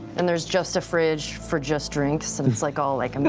and there's just a fridge for just drinks, and it's like all, like, i mean